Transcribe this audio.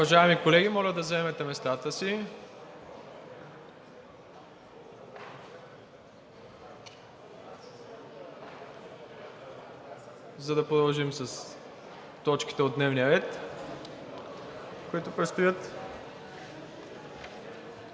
Уважаеми колеги, моля да заемете местата си, за да продължим с точките от дневния ред, които предстоят.